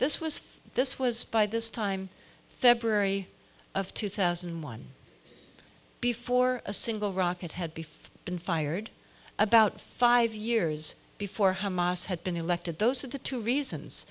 this was this was by this time february of two thousand and one before a single rocket had before been fired about five years before hamas had been elected those are the two reasons